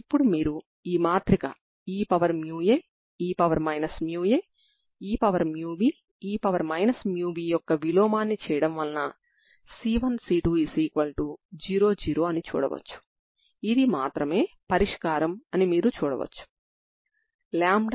ఇప్పుడు మీరు రెండవ సరిహద్దు నియమం uLt0 ని ఇచ్చిన సమీకరణం లో అప్లై చేస్తే ఇది మీకు XLTt0 ని